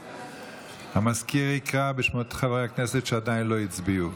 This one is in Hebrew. בעד המזכיר יקרא בשמות חברי הכנסת שעדיין לא הצביעו.